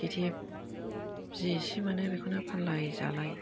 खेथि जि एसे मोनो बेखौनो फानलाय जालाय